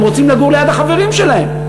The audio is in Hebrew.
הם רוצים לגור ליד החברים שלהם.